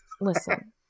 listen